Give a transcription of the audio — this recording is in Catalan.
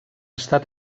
estat